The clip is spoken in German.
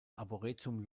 arboretum